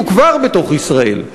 הוא כבר בתוך ישראל".